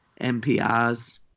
MPRs